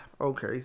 Okay